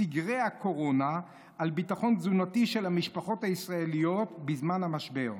סגרי הקורונה על הביטחון התזונתי של המשפחות הישראליות בזמן המשבר".